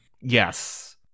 Yes